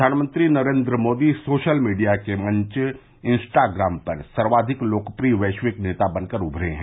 प्रधानमंत्री Narendra Modi social media के मंच इंस्टाग्राम पर सर्वाधिक लोकप्रिय वैश्विक नेता बनकर उमरे हैं